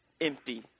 Empty